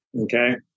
Okay